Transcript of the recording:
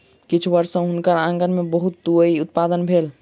किछ वर्ष सॅ हुनकर आँगन में बहुत तूईत उत्पादन भेल